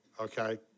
Okay